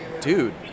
dude